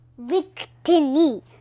Victini